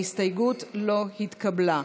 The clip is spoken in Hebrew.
ההסתייגות לא התקבלה.